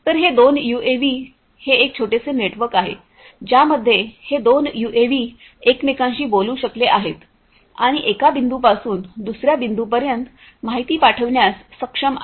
तर हे दोन यूएव्ही हे एक छोटेसे नेटवर्क आहे ज्यामध्ये हे दोन यूएव्ही एकमेकांशी बोलू शकले आहेत आणि एका बिंदूपासून दुसर्या बिंदूपर्यंत माहिती पाठविण्यास सक्षम आहेत